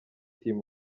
team